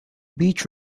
beach